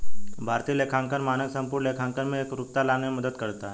भारतीय लेखांकन मानक संपूर्ण लेखांकन में एकरूपता लाने में मदद करता है